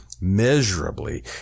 Measurably